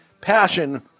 passion